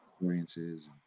experiences